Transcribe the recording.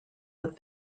that